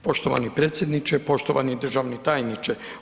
Poštovani predsjedniče, poštovani državni tajniče.